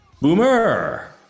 Boomer